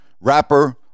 rapper